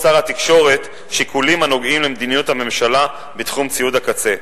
שר התקשורת בחשבון שיקולים הנוגעים למדיניות הממשלה בתחום ציוד הקצה,